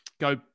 go